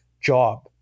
job